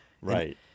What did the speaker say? right